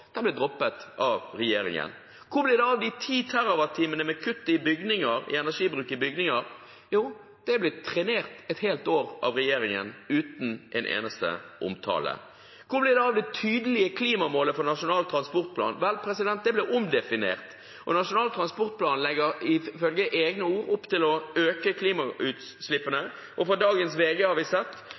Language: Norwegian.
droppet av regjeringen. Hvor ble det av de 10 TWh i kutt i energibruk i bygninger? Det er blitt trenert et helt år av regjeringen, uten en eneste omtale. Hvor ble det av det tydelige klimamålet for Nasjonal transportplan? Vel, det ble omdefinert, og Nasjonal transportplan legger – ifølge egne ord – opp til å øke klimagassutslippene. I dagens VG har vi sett